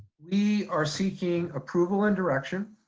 we are seeking approval and direction